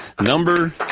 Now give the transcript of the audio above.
Number